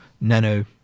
nano